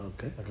Okay